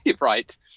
Right